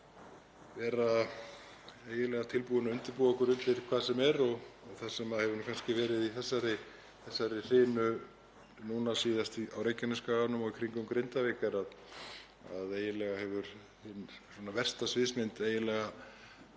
vera eiginlega tilbúin til að búa okkur undir hvað sem er og það sem hefur kannski verið í þessari hrinu núna síðast á Reykjanesskaganum og í kringum Grindavík er að eiginlega hefur versta sviðsmynd aldrei